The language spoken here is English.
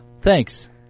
Thanks